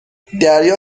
دریا